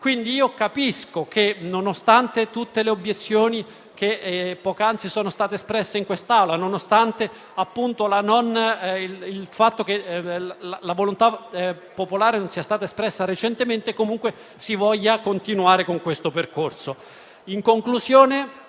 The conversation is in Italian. quindi che, nonostante tutte le obiezioni che poc'anzi sono state espresse in quest'Aula e il fatto che la volontà popolare non sia stata espressa recentemente, comunque si voglia continuare con questo percorso. Ricordo, in